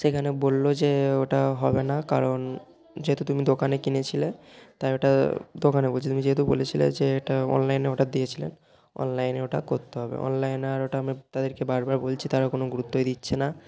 সেখানে বলল যে ওটা হবে না কারণ যেহেতু তুমি দোকানে কিনেছিলে তাই ওটা দোকানে বলছি তুমি যেহেতু বলেছিলে যে এটা অনলাইনে অর্ডার দিয়েছিলে অনলাইনে ওটা করতে হবে অনলাইনে আর ওটা আমি তাদেরকে বার বার বলছি তারা কোনো গুরুত্বই দিচ্ছে না